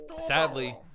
sadly